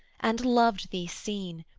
and loved thee seen,